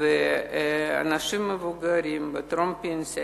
ואנשים מבוגרים וטרום-פנסיה,